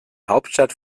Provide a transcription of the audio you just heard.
hauptstadt